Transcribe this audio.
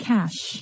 Cash